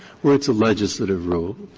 where it's a legislative rule,